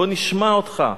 בוא נשמע אותך.